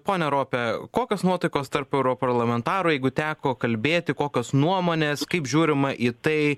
pone rope kokios nuotaikos tarp europarlamentarų jeigu teko kalbėti kokios nuomonės kaip žiūrima į tai